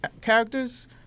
characters